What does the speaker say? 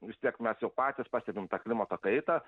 vis tiek mes jau patys pastebim tą klimato kaitą